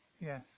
Yes